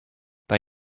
bei